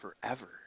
forever